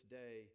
day